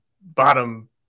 bottom